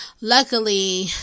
luckily